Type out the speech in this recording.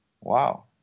Wow